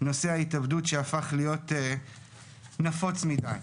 נושא ההתאבדות שהפך להיות נפוץ מדי.